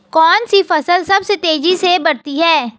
कौनसी फसल सबसे तेज़ी से बढ़ती है?